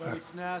אבל לפני ההצבעה.